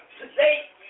today